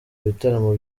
ibitaramo